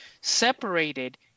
separated